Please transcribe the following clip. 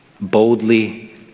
boldly